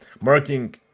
marking